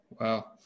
Wow